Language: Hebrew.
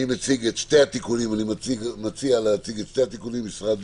נציגת משרד